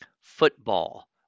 football